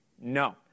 No